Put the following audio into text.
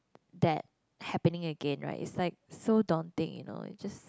that happening again right is like so daunting you know